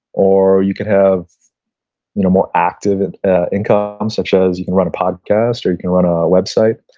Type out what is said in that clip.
or you could have a you know more active and income um such as you can run a podcast, or you can run a a website.